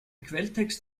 quelltext